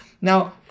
now